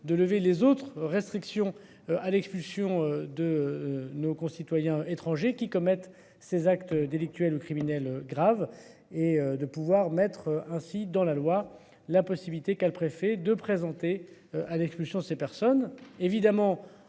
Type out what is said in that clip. de lever les autres restrictions à l'expulsion de nos concitoyens étrangers qui commettent ces actes délictuels ou criminels graves et de pouvoir mettre ainsi dans la Loire, l'impossibilité qu'préfet de présenter à l'expulsion ces personnes